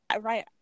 right